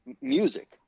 music